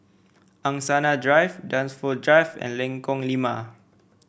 Angsana Drive Dunsfold Drive and Lengkong Lima